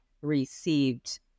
received